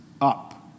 up